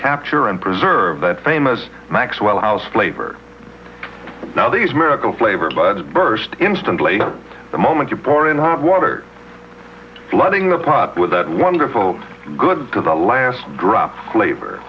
capture and preserve that famous maxwell house flavor now these miracle flavors buds burst instantly the moment you pour in hot water flooding the pot with that wonderful good because the last drop flavor